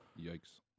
Yikes